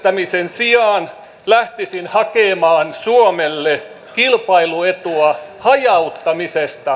keskittämisen sijaan lähtisin hakemaan suomelle kilpailuetua hajauttamisesta